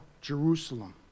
Jerusalem